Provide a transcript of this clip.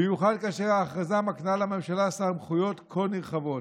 במיוחד כאשר ההכרזה מקנה לממשלה סמכויות כה נרחבות.